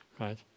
right